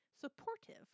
supportive